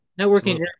networking